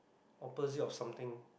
opposite of something